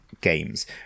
games